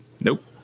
Nope